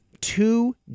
two